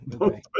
okay